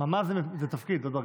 ממ"ז זה תפקיד, לא דרגה.